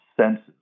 senses